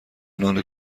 نان